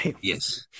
Yes